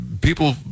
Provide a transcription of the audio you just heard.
people